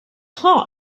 heart